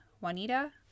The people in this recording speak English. Juanita